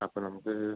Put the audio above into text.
അപ്പോള് നമുക്ക്